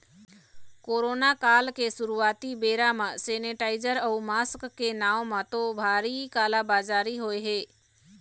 corona काल के शुरुआती बेरा म सेनीटाइजर अउ मास्क के नांव म तो भारी काला बजारी होय हे